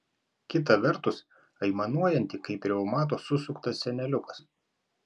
kita vertus aimanuojanti kaip reumato susuktas seneliukas